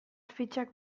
fitxak